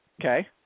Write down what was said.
Okay